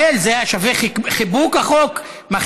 רחל, זה היה, החוק, שווה חיבוק?